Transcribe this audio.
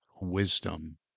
wisdom